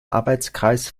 arbeitskreis